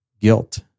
guilt